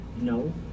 no